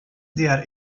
diğer